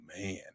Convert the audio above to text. Man